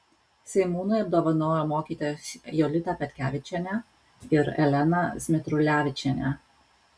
seimūnai apdovanojo mokytojas jolitą petkevičienę ir eleną zmitrulevičienę